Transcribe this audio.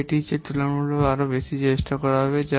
তবে এটির চেয়ে তুলনামূলকভাবে আরও বেশি চেষ্টা করা হবে